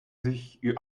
sich